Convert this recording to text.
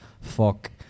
fuck